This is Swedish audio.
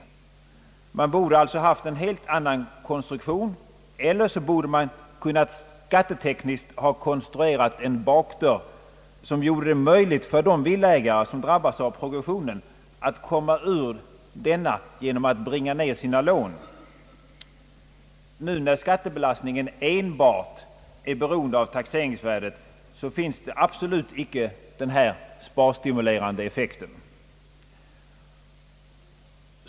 Enligt min mening borde förslaget haft en helt annan konstruktion, eller också borde man skattetekniskt ha ordnat en bakdörr som gjorde det möjligt för de villaägare, som drabbas av progressionen, att komma ur denna genom att bringa ned sina lån. När skattebelastningen enbart är beroende av taxeringsvärdet, som i det föreliggande förslaget, finns absolut icke denna sparstimulerande effekt.